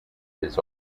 his